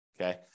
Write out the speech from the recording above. Okay